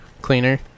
cleaner